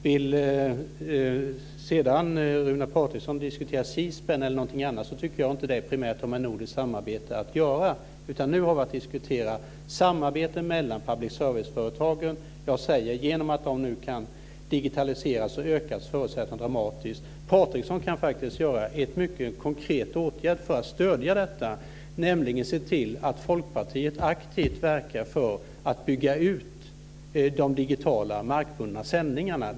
Om Runar Patriksson vill diskutera C-Span eller någonting annat tycker jag inte att det primärt har med nordiskt samarbete att göra, utan nu har vi att diskutera samarbete mellan public service-företagen. Genom att de nu kan digitaliseras ökar förutsättningarna dramatiskt. Patriksson kan göra en mycket konkret åtgärd för att stödja detta, nämligen se till att Folkpartiet aktivt verkar för att bygga ut de digitala markbundna sändningarna.